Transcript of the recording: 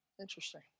interesting